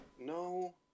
No